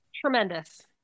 Tremendous